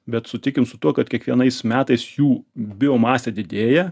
bet sutikim su tuo kad kiekvienais metais jų biomasė didėja